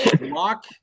lock